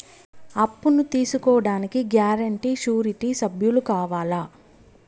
అప్పును తీసుకోడానికి guarantee, surety సభ్యులు కావాలా?